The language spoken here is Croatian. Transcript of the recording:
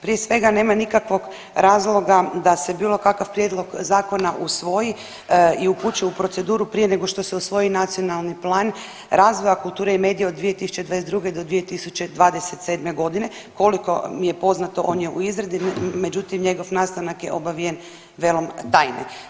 Prije svega nema nikakvog razloga da se bilo kakav prijedlog zakona usvoji i upućuje u proceduru prije nego što se usvoji Nacionalni plan razvoja kulture i medija od 2022. do 2027. godine, koliko mi je poznato on je u izradi međutim njegov nastanak je obavijen velom tajne.